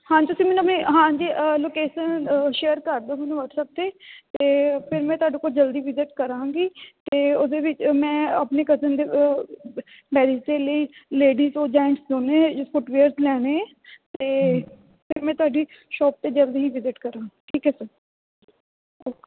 ਹਾਂਜੀ ਤੁਸੀਂ ਮੈਨੂੰ ਆਪਣੀ ਹਾਂਜੀ ਲੋਕੇਸ਼ਨ ਸ਼ੇਅਰ ਕਰਦੋ ਮੈਨੂੰ ਵਟਸਐਪ 'ਤੇ ਅਤੇ ਫਿਰ ਮੈਂ ਤੁਹਾਡੇ ਕੋਲ ਜਲਦੀ ਵਿਜਿਟ ਕਰਾਂਗੀ ਅਤੇ ਉਹਦੇ ਵਿੱਚ ਮੈਂ ਆਪਣੀ ਕਜ਼ਨ ਦੇ ਮੈਰਿਜ ਦੇ ਲਈ ਲੇਡੀਜ ਔਰ ਜੈਂਟਸ ਦੋਨੇ ਫੁੱਟ ਵੇਅਰ ਲੈਣੇ ਅਤੇ ਫਿਰ ਮੈਂ ਤੁਹਾਡੀ ਸ਼ੋਪ 'ਤੇ ਜਲਦੀ ਹੀ ਵਿਜਿਟ ਕਰਾਂ ਠੀਕ ਹੈ ਸਰ ਓਕੇ